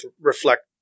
reflect